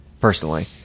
personally